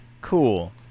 cool